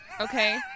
okay